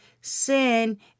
sin